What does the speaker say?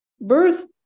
Birth